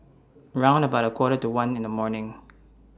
round about A Quarter to one in The morning